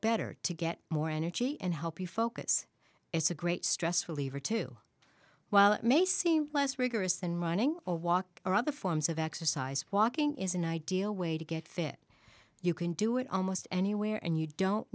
better to get more energy and help you focus it's a great stress reliever too while it may seem less rigorous than running a walk or other forms of exercise walking is an ideal way to get fit you can do it almost anywhere and you don't